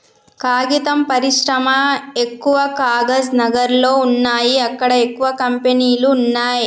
కాగితం పరిశ్రమ ఎక్కవ కాగజ్ నగర్ లో వున్నాయి అక్కడ ఎక్కువ కంపెనీలు వున్నాయ్